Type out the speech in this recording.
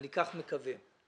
כך אני מקווה.